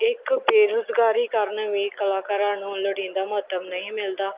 ਇੱਕ ਬੇਰੁਜ਼ਗਾਰੀ ਕਰਨਾ ਵੀ ਕਲਾਕਾਰਾਂ ਨੂੰ ਲੋੜੀਂਦਾ ਮਹੱਤਵ ਨਹੀਂ ਮਿਲਦਾ